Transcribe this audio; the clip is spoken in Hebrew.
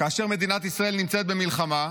כאשר מדינת ישראל נמצאת במלחמה,